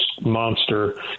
monster